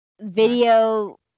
video